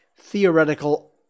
theoretical